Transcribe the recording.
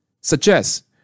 suggest